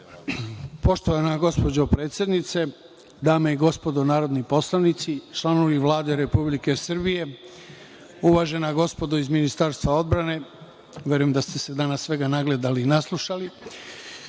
Poštovana gospođo predsednice, dame i gospodo narodni poslanici, članovi Vlade Republike Srbije, uvažena gospodo iz Ministarstva odbrane, verujem da ste se danas svega nagledali i naslušali. Da